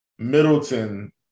Middleton